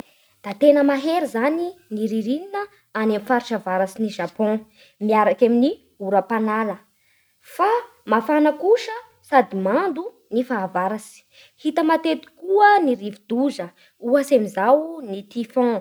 Da tena mahery zany ny ririnina any amin'ny faritsy avarats'i Japon miaraky amin'ny oram-panala. Fa mafana kosa sady mando ny fahavaratsy. Hita matetiky koa ny rivo-doza ohatsy amin'izao ny tifon.